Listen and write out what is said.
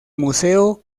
museo